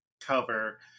cover